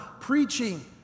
preaching